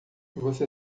você